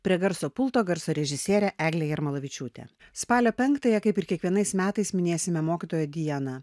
prie garso pulto garso režisierė eglė jarmalavičiūtė spalio penktąją kaip ir kiekvienais metais minėsime mokytojo dieną